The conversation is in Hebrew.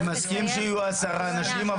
אני מסכים שיהיו עשרה אנשים,